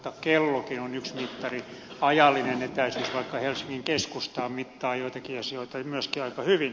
kellokin on yksi mittari ajallinen etäisyys vaikka helsingin keskustaan mittaa joitakin asioita myöskin aika hyvin